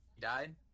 Died